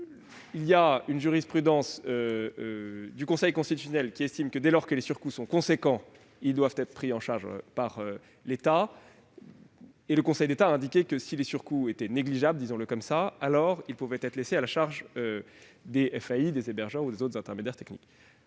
Selon une jurisprudence du Conseil constitutionnel, dès lors que les surcoûts sont importants, ils doivent être pris en charge par l'État. Mais le Conseil d'État a indiqué que si les surcoûts étaient négligeables, ils pouvaient être laissés à la charge des FAI, des hébergeurs ou des autres intermédiaires techniques.